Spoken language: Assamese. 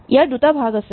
ইয়াৰ দুটা ভাগ আছে